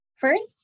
First